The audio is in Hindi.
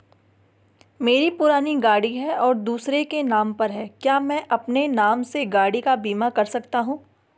मेरी पुरानी गाड़ी है और दूसरे के नाम पर है क्या मैं अपने नाम से गाड़ी का बीमा कर सकता हूँ?